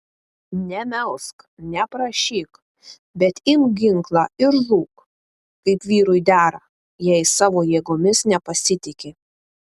nemelsk neprašyk bet imk ginklą ir žūk kaip vyrui dera jei savo jėgomis nepasitiki